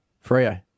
Frio